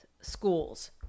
schools